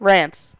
Rants